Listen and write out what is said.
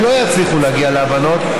הם לא יצליחו להגיע להבנות,